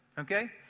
Okay